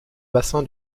bassin